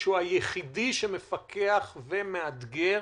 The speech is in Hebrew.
שמפקח ומאתגר